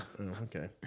Okay